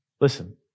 Listen